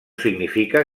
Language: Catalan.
significa